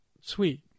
sweet